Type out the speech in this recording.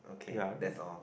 ya I mean